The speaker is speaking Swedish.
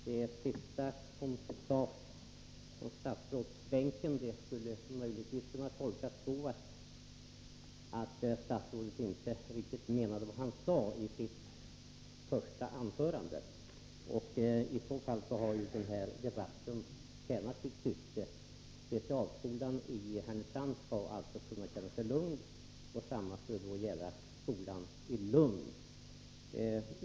Herr talman! Det sista som sades från statsrådsbänken skulle möjligen kunna tolkas så att statsrådet inte riktigt menade vad han sade i sitt första anförande. I så fall har ju den här debatten tjänat sitt syfte. Man kan alltså känna sig lugn när det gäller specialskolan i Härnösand. Detsamma skulle gälla skolan i Lund.